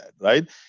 right